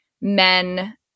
men